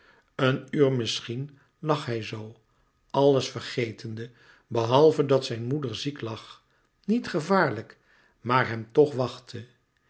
een uur misschien lag hij zoo alles vergetende behalve dat zijn moeder ziek lag niet gevaarlijk maar hem toch wachtte